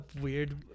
weird